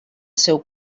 seu